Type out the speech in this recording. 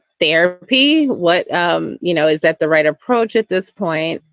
therapy. what um you know, is that the right approach at this point?